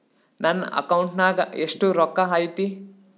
ನನ್ನ ಅಕೌಂಟ್ ನಾಗ ಎಷ್ಟು ರೊಕ್ಕ ಐತಿ?